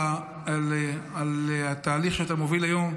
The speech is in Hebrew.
על התהליך שאתה מוביל היום,